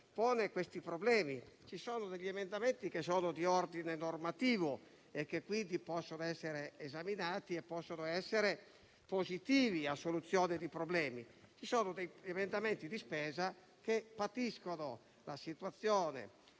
pongono questi problemi: ci sono degli emendamenti di ordine normativo, che quindi possono essere esaminati e possono essere positivi per la soluzione dei problemi, e ci sono emendamenti di spesa che patiscono la situazione